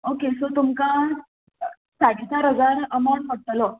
okay so तुमकां साडे चार हजार अमावंट पडटलो